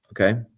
okay